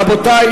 רבותי,